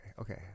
Okay